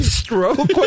stroke